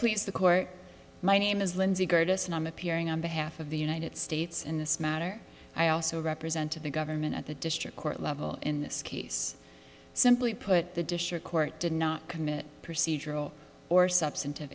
please the court my name is lindsay greatest and i'm appearing on behalf of the united states in this matter i also represented the government at the district court level in this case simply put the district court did not commit procedural or substan